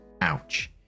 Ouch